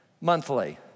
monthly